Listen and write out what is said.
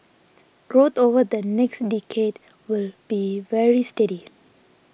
growth over the next decade will be very steady